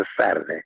Saturday